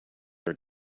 are